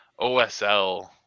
OSL